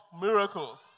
miracles